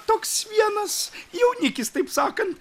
toks vienas jaunikis taip sakant